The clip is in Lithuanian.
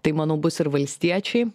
tai manau bus ir valstiečiai